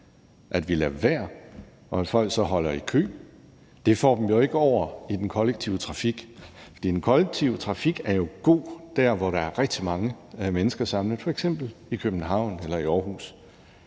At vi lader være, og hvis folk så holder i kø, får det dem jo ikke over i den kollektive trafik. For den kollektive trafik er jo god der, hvor der er rigtig mange mennesker samlet, f.eks. i København eller i Aarhus.